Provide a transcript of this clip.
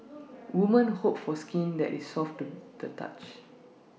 woman hope for skin that is soft to the touch